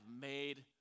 made